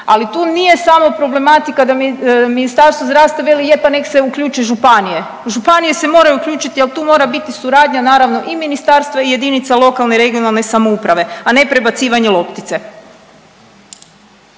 ali tu nije samo problematika da Ministarstvo zdravstva veli je pa nek se uključi županije. Županije se moraju uključiti al tu mora biti suradnja naravno i ministarstva i jedinica lokalne i regionalne samouprave, a ne prebacivanje loptice.